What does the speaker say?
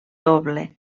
doble